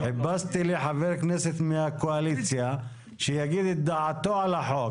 חיפשתי לי חבר כנסת מהקואליציה שיגיד את דעתו על החוק.